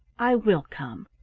i will come.